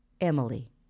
Emily